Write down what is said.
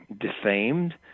defamed